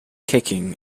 kicking